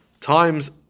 times